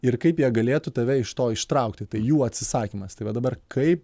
ir kaip jie galėtų tave iš to ištraukti tai jų atsisakymas tai va dabar kaip